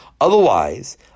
Otherwise